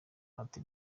ati